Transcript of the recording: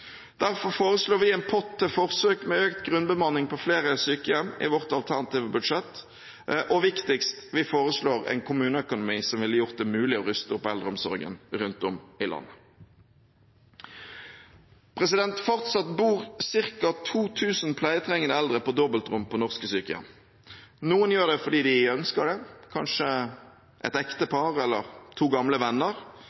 Derfor foreslår vi en pott til forsøk med økt grunnbemanning på flere sykehjem i vårt alternative budsjett. Og viktigst: Vi foreslår en kommuneøkonomi som ville gjort det mulig å ruste opp eldreomsorgen rundt om i landet. Fortsatt bor ca. 2 000 pleietrengende eldre på dobbeltrom på norske sykehjem. Noen gjør det fordi de ønsker det, kanskje et